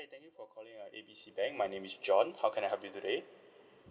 thank you for calling our A B C bank my name is john how can I help you today